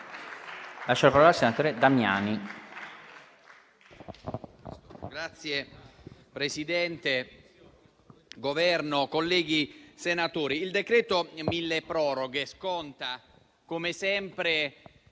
il decreto milleproroghe sconta, come sempre,